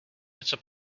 něco